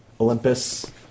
Olympus